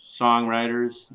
songwriters